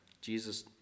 Jesus